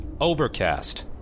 Overcast